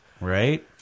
right